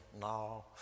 No